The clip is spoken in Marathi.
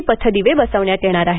चे पथदिवे बसवण्यात येणार आहेत